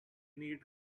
need